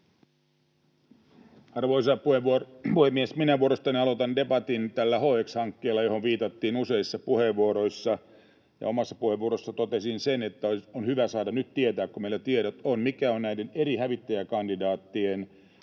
Arvoisa puhemies! Minä vuorostani aloitan debatin tällä HX-hankkeella, johon viitattiin useissa puheenvuoroissa. Omassa puheenvuorossani totesin sen, että on hyvä saada nyt tietää, kun meillä tiedot on, mikä on näiden eri hävittäjäkandidaattien